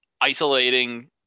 isolating